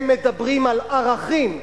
הם מדברים על ערכים,